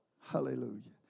Hallelujah